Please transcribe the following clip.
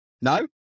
No